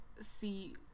see